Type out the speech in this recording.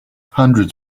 hundreds